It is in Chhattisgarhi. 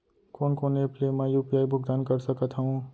कोन कोन एप ले मैं यू.पी.आई भुगतान कर सकत हओं?